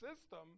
system